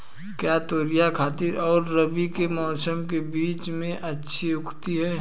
क्या तोरियां खरीफ और रबी के मौसम के बीच में अच्छी उगती हैं?